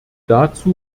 dazu